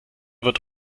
wird